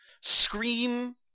scream